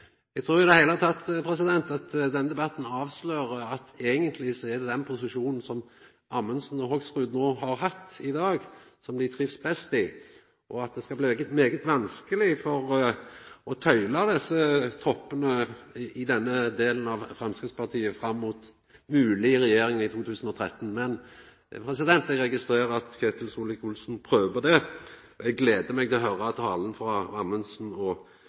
Eg trur i det heile at denne debatten avslører at eigentleg er det den posisjonen Amundsen og Hoksrud har hatt no i dag, som dei trivst best i, og at det skal bli svært vanskeleg å halda styr på desse troppane i denne delen av Framstegspartiet fram mot mogleg regjering i 2013. Men eg registrerer at Ketil Solvik-Olsen prøver det, og eg gler meg til å høyra talen frå Amundsen og